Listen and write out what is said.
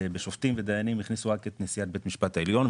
בשופטים ודיינים הכניסו רק את נשיאת בית המשפט העליון,